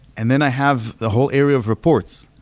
and then i have the whole area of reports.